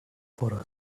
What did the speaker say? for